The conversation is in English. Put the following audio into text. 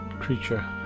creature